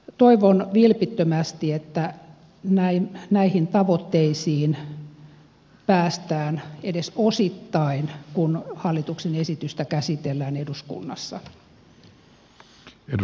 toivon vilpittömästi että näihin tavoitteisiin päästään edes osittain kun hallituksen esitystä käsitellään eduskunnassa